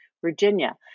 Virginia